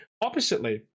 oppositely